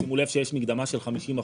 שימו לב שיש מקדמה של 50%,